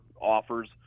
offers